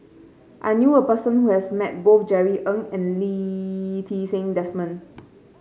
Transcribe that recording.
I knew a person who has met both Jerry Ng and Lee Ti Seng Desmond